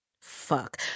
Fuck